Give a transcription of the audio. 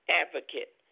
advocate